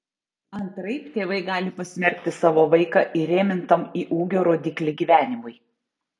antraip tėvai gali pasmerkti savo vaiką įrėmintam į ūgio rodiklį gyvenimui